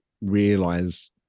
realize